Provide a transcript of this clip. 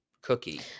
cookie